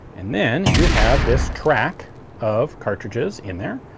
and then you have this track of cartridges in there,